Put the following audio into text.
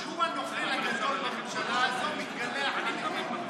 שהוא הנוכל הגדול בממשלה הזאת, מתגלח עליכם?